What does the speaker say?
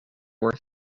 were